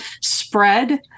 spread